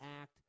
act